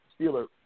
Steeler